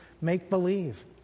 make-believe